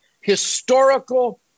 historical